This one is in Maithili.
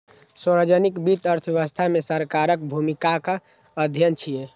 सार्वजनिक वित्त अर्थव्यवस्था मे सरकारक भूमिकाक अध्ययन छियै